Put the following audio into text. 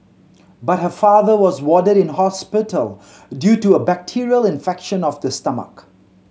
but her father was warded in hospital due to a bacterial infection of the stomach